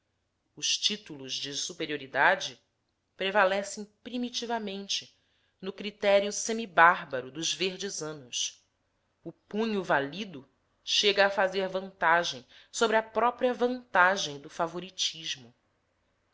os títulos de superioridade prevalecem primitivamente no critério semibárbaro dos verdes anos o punho válido chega a fazer vantagem sobre a própria vantagem do favoritismo